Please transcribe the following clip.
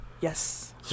Yes